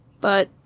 but-